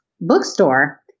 bookstore